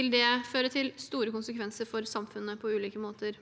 vil det føre til store konsekvenser for samfunnet på ulike måter.